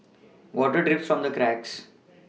water drips from the cracks